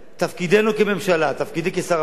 תפקידנו כממשלה, תפקידי כשר הפנים,